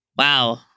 wow